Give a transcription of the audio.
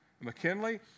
McKinley